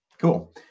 cool